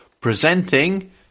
presenting